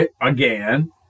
Again